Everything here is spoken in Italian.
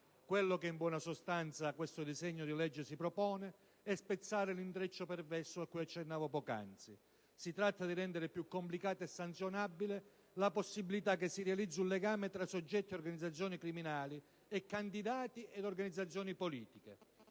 Quello che, in buona sostanza, questo disegno di legge si propone è di spezzare l'intreccio perverso a cui accennavo poc'anzi. Si tratta di rendere più complicata, e sanzionabile, la possibilità che si realizzi un legame tra soggetti e organizzazioni criminali e candidati ed organizzazioni politiche.